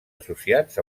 associats